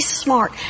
smart